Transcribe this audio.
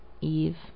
Eve